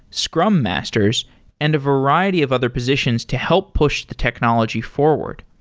scrum masters and a variety of other positions to help push the technology forward.